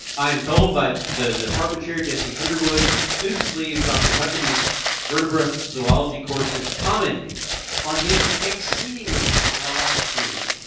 i am told by the department chair, dessie underwood, that students leave dr. huckaby's vertebra zoology courses commenting on his exceedingly dry humor